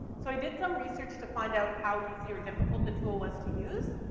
so i did some research to find out how easy or difficult the tool was to use,